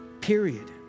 Period